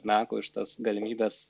mekui už tas galimybes